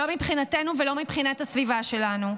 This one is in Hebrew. לא מבחינתנו ולא מבחינת הסביבה שלנו.